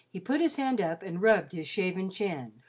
he put his hand up and rubbed his shaven chin,